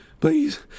Please